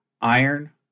iron